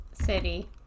City